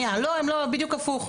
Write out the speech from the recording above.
לא, הם לא, בדיוק הפוך.